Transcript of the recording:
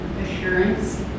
Assurance